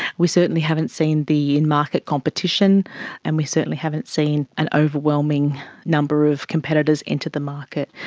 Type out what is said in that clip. we certainly haven't seen the in-market competition and we certainly haven't seen an overwhelming number of competitors into the market.